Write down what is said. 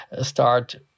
start